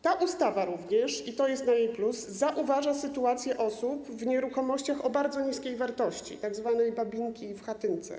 Ta ustawa również, i to jest na jej plus, zauważa sytuację osób w nieruchomościach o bardzo niskiej wartości, tzw. babinki w chatynce.